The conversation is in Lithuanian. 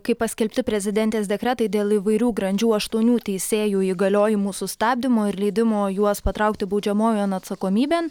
kai paskelbti prezidentės dekretai dėl įvairių grandžių aštuonių teisėjų įgaliojimų sustabdymo ir leidimo juos patraukti baudžiamojon atsakomybėn